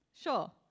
Sure